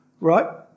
right